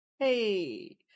hey